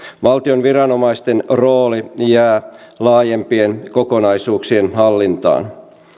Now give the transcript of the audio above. valtion viranomaisten rooli jää laajempien kokonaisuuksien hallintaan